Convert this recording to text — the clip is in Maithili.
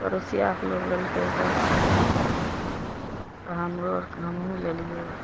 पड़ोसियाके लोग लेलकै गैस सलेण्डर तऽ हमरो आरके हमहूँ लेलियै